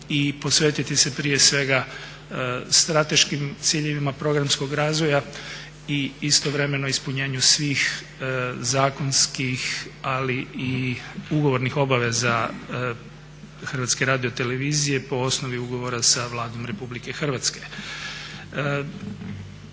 i posvetiti se prije svega strateškim ciljevima programskog razvoja i istovremeno ispunjenju svih zakonskih, ali i ugovornih obaveza Hrvatske radiotelevizije po osnovi ugovora sa Vladom RH.